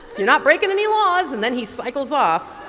you're not breaking any laws and then he cycles off.